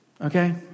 okay